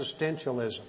existentialism